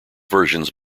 versions